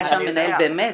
יש שם מנהל באמת,